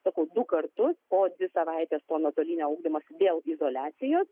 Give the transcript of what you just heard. sakau du kartus po dvi savaites po nuotolinio ugdymosi vėl izoliacijas